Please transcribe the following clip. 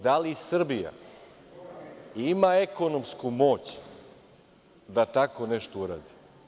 Sad pitam – da li Srbija ima ekonomsku moć da tako nešto uradi?